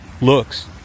looks